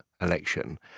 election